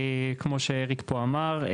כמו שאריק פה אמר,